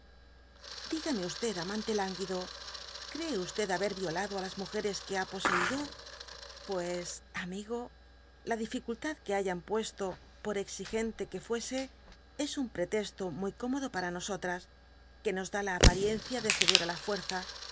digame amante lánguido cree haber violado á las múgeres que ha poséido pues amigo la dificultad que hayan puesto por exigente que fuese es un protesto muy cómodo para nosotras que nos dá la apariencia de ceder á la fuerza